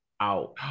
out